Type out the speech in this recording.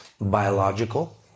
biological